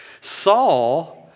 Saul